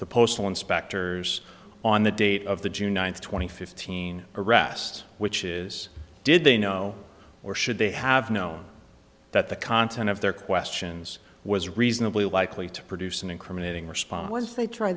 the postal inspectors on the date of the june ninth two thousand and fifteen arrest which is did they know or should they have known that the content of their questions was reasonably likely to produce an incriminating response was they try